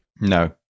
no